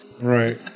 right